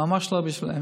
ממש לא בשבילם.